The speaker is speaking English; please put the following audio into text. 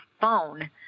phone